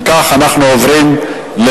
אם כך, אנחנו עוברים להצבעה